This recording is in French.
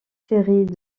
séries